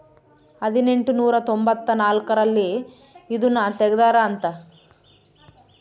ಹದಿನೆಂಟನೂರ ತೊಂಭತ್ತ ನಾಲ್ಕ್ ರಲ್ಲಿ ಇದುನ ತೆಗ್ದಾರ ಅಂತ